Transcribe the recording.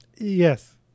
Yes